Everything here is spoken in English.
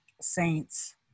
saints